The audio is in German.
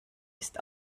ist